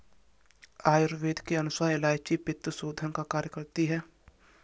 आयुर्वेद के अनुसार इलायची पित्तशोधन का कार्य करती है